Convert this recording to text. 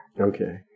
Okay